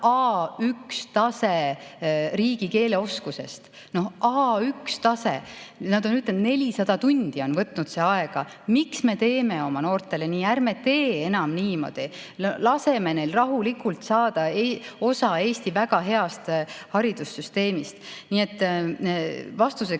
A1‑tase riigikeele oskuses. A1-tase! Nad on ütelnud, et 400 tundi on võtnud see aega. Miks me teeme oma noortele nii? Ärme teeme enam niimoodi! Laseme neil rahulikult saada osa Eesti väga heast haridussüsteemist. Nii et vastuseks